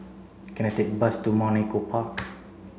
can I take a bus to Mount Echo Park